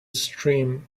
stream